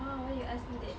!huh! why you ask me that